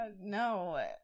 no